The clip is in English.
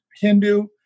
Hindu